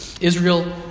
Israel